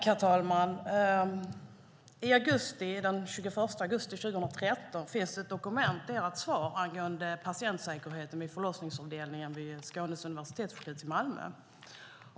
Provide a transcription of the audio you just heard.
Herr talman! Det finns ett dokumenterat svar från den 21 augusti 2013 angående patientsäkerheten vid förlossningsavdelningen vid Skånes universitetssjukhus i Malmö.